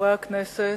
חברי הכנסת,